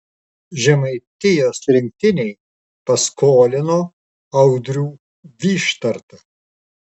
žemaitijos rinktinei paskolino audrių vyštartą